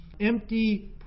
empty